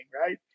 right